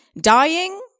dying